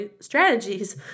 strategies